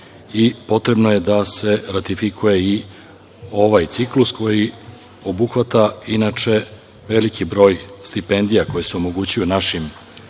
potrebno je da se ratifikuje ovaj ciklus koji obuhvata veliki broj stipendija koje se omogućuju našim, kako